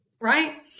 Right